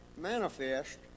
manifest